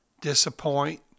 disappoint